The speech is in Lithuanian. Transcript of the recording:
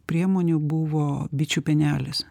priemonių buvo bičių pienelis